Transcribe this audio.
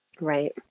Right